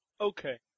Okay